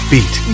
Beat